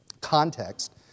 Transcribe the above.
Context